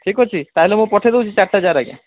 ଠିକ ଅଛି ତାହେଲେ ମୁଁ ପଠେଇ ଦେଉଛି ଚାରିଟା ଜାର୍ ଆଜ୍ଞା